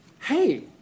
Hey